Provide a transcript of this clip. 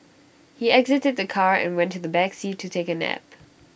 he exited the car and went to the back seat to take A nap